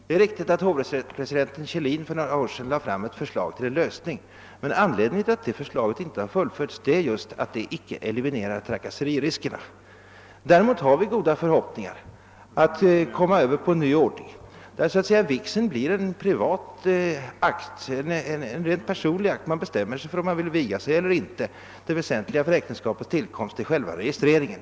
Det är riktigt att hovrättspresidenten Kjellin för några år sedan lade fram ett förslag till lösning. Anledningen tili att det förslaget inte fullföljts är just att det icke helt eliminerade trakasseririskerna. Däremot har vi goda förhoppningar att kunna komma över på en ordning, varigenom vigseln blir en personlig, frivillig akt. Man bestämmer sig om man vill viga sig eller inte, och det väsentliga för äktenskapets tillkomst är själva registreringen.